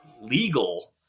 legal